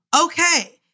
okay